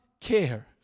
care